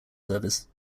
service